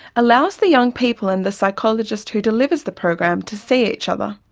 allows the young people and the psychologist who delivers the program to see each other.